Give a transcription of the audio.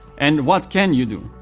and what can you do?